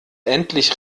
endlich